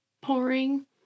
pouring